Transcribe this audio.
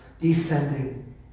descending